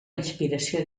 inspiració